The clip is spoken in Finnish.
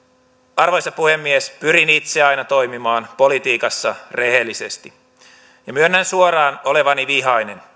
arvoisa puhemies pyrin itse aina toimimaan politiikassa rehellisesti myönnän suoraan olevani vihainen